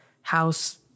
house